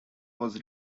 was